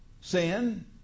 Sin